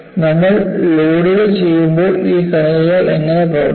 നമ്മൾ ലോഡുകൾ ചെയ്യുമ്പോൾ ഈ കണികകൾ എങ്ങനെ പ്രവർത്തിക്കും